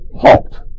halt